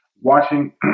watching